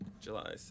July